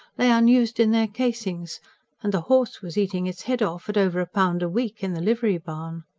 lay unused in their casings and the horse was eating its head off, at over a pound a week, in the livery-barn.